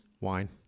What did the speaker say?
Wine